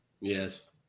Yes